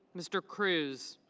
mr. cruz.